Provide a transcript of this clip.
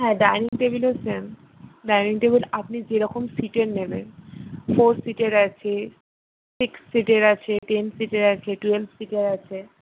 হ্যাঁ ডাইনিং টেবিলও same dining table আপনি যেরকম সিটের নেবেন ফোর সিটের আছে সিক্স সিটের আছে টেন সিটের আছে টুয়েলভ সিটের আছে